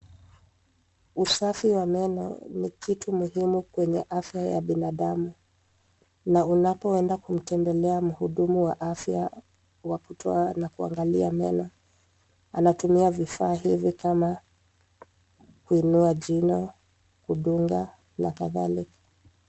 Usafi wa meno ni kitu muhimu kwenye afya ya binadamu. Na unapoenda kumtembelea mhudumu wa afya wa kutoa na kuangalia meno anatumia vifaa hivi kama ,kuinua jino kudunga na kadhalika.